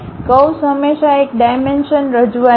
curves હંમેશાં એક ડાઈમેન્શનરજૂઆત છે